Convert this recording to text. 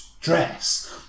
dress